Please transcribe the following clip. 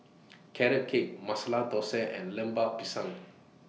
Carrot Cake Masala Thosai and Lemper Pisang